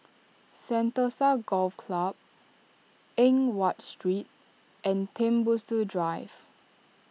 Sentosa Golf Club Eng Watt Street and Tembusu Drive